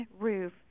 roof